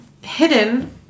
hidden